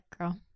girl